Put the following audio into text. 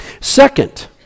Second